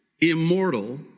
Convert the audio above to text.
immortal